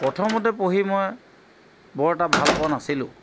প্ৰথমতে পঢ়ি মই বৰ এটা ভাল পোৱা নাছিলোঁ